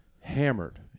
hammered